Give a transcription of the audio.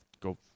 Go